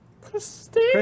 Christine